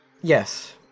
yes